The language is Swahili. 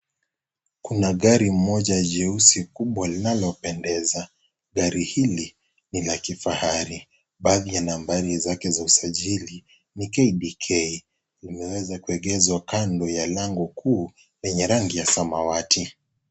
Kuna gari moja jeusi kubwa linalopendeza. Gari hili, ni la kifahari. Baadhi ya nambari zake za usajili ni KDK. Limeweza kuegeshwa kando ya lango kuu lenye rangi ya samawati.